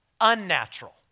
unnatural